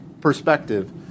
perspective